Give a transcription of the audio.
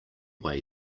way